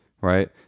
right